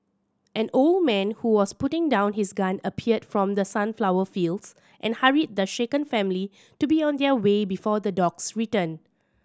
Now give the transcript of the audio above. an old man who was putting down his gun appeared from the sunflower fields and hurried the shaken family to be on their way before the dogs return